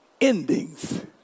endings